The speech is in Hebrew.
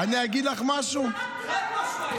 מלכתחילה, חנוך,